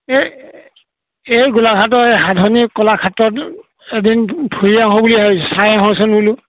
এই এই গোলাঘাটৰ এই সাধনী কলাক্ষেত্ৰত এদিন ফুৰি আহোঁ বুলি ভাবিছোঁ চাই আহোঁচোন বোলো